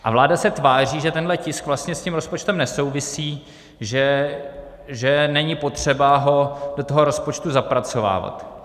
A vláda se tváří, že tenhle tisk vlastně s tím rozpočtem nesouvisí, že není potřeba ho do toho rozpočtu zapracovávat.